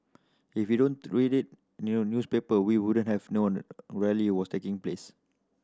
if we don't read it in a newspaper we wouldn't have known a rally was taking place